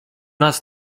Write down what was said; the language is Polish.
nas